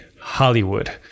hollywood